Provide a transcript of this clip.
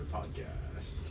Podcast